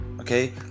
Okay